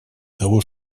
того